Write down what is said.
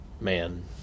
man